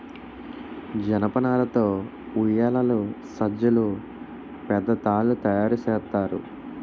జనపనార తో ఉయ్యేలలు సజ్జలు పెద్ద తాళ్లు తయేరు సేత్తారు